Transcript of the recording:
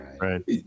right